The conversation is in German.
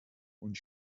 und